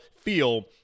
feel